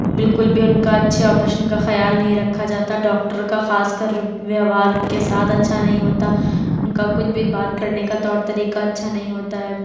بالکل بھی ان کا اچھا آپریشن کا خیال نہیں رکھا جاتا ڈاکٹر کا خاص کر ویوہار ان کے ساتھ اچھا نہیں ہوتا ان کا کچھ بھی بات کرنے کا طور طریقہ اچھا نہیں ہوتا ہے